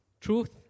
Truth